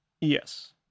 yes